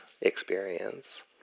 experience